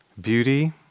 beauty